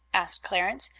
asked clarence,